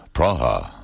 Praha